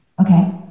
Okay